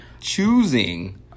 choosing